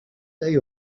day